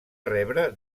rebre